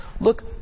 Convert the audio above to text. Look